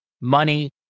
money